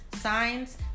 signs